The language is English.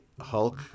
Hulk